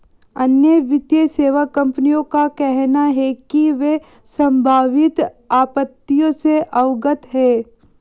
अन्य वित्तीय सेवा कंपनियों का कहना है कि वे संभावित आपत्तियों से अवगत हैं